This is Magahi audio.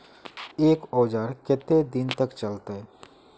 एक औजार केते दिन तक चलते?